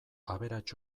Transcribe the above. aberats